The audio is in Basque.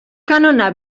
kanona